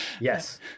Yes